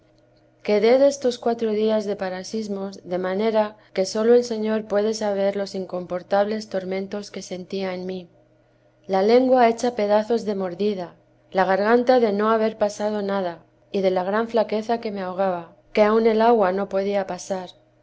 que le aprovechó quedé destos cuatro días de parasismo de manera que sólo el señor puede saber los incomportables tormentos que sentía en mí la lengua hecha pedazos de mordida la garganta de no haber pasado nada y de la gran flaqueza que me ahogaba que aun el agua no podía teresa de pasar